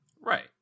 right